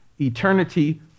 eternity